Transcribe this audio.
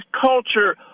culture